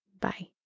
Bye